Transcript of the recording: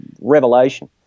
revelation